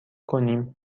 کنیم